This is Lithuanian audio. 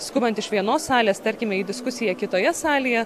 skubant iš vienos salės tarkime į diskusiją kitoje salėje